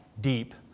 deep